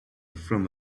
from